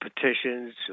petitions